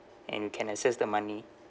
and can access the money